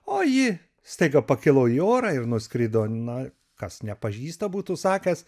o ji staiga pakilo į orą ir nuskrido na kas nepažįsta būtų sakęs